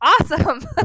awesome